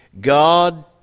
God